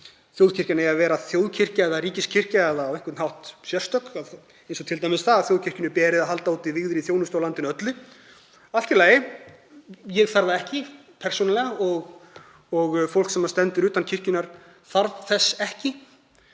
þjóðkirkjan eigi að vera þjóðkirkja eða ríkiskirkja, eða á einhvern hátt sérstök, eins og t.d. að þjóðkirkjunni beri að halda úti vígðri þjónustu á landinu öllu. Allt í lagi, ég þarf það ekki persónulega og fólk sem stendur utan kirkjunnar þarf það ekki